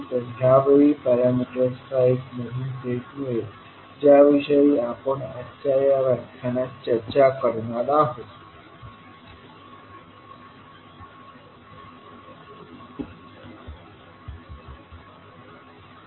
तर ह्यामुळे पॅरामीटर्सचा एक नवीन सेट मिळेल ज्या विषयी आपण आजच्या या व्याख्यानात चर्चा करणार आहोत